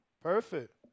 Perfect